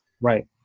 Right